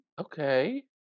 Okay